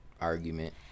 argument